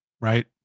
right